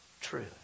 true